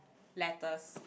letters